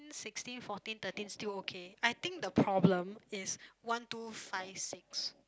sixteen fourteen thirteen still okay I think the problem is one two five six